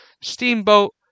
steamboat